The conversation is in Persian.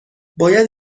باید